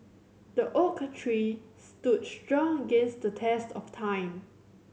the oak tree stood strong against the test of time